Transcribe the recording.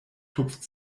tupft